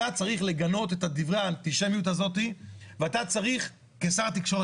אתה צריך לגנות את דברי האנטישמיות הזאת ואתה צריך כשר התקשורת